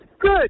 good